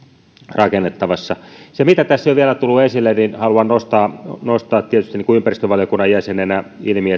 rakennettavassa se mitä tässä ei ole vielä tullut esille ja haluan tietysti nostaa sen ympäristövaliokunnan jäsenenä ilmi